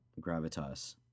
gravitas